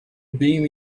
beam